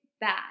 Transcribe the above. bad